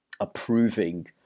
approving